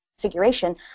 configuration